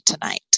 tonight